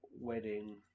wedding